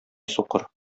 сукыр